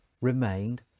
remained